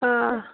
آ